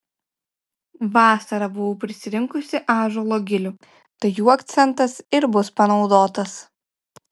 vasarą buvau prisirinkusi ąžuolo gilių tai jų akcentas ir bus panaudotas